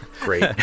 Great